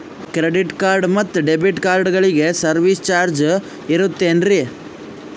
Credit card ಮತ್ತು debit ಕಾರ್ಡಗಳಿಗೆ service charge ಇರುತೇನ್ರಿ?